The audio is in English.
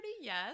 Yes